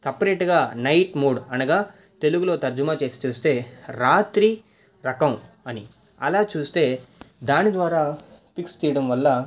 సపరేట్గా night mode అనగా తెలుగులో తర్జమా చేసి చూస్తే రాత్రి రకం అని అలా చూస్తే దాని ద్వారా పిక్స్ తీయడం వల్ల